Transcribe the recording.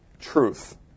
truth